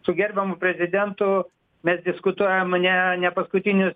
su gerbiamu prezidentu mes diskutuojam ne nepaskutinius